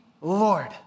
Lord